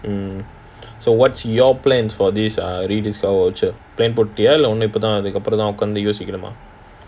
hmm so what's your plan for this err Rediscover voucher அதுக்கு அப்புறம் தான் உட்கார்ந்து யோசிக்கணுமா:adhukku appuram thaan utkaarnthu yosikkanumaa